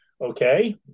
okay